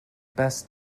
best